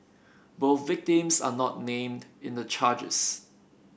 both victims are not named in the charges